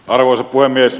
arvoisa puhemies